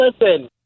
listen